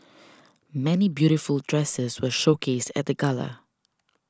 many beautiful dresses were showcased at gala